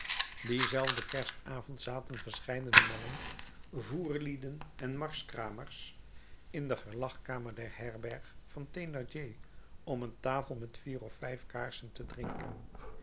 dienzelfden kerstavond zaten verscheidene mannen voerlieden en marskramers in de gelagkamer der herberg van thénardier om een tafel met vier of vijf kaarsen te drinken